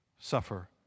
suffer